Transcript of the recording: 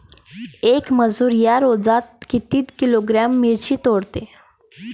येक मजूर या रोजात किती किलोग्रॅम मिरची तोडते?